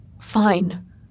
Fine